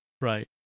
Right